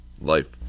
life